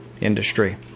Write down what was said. industry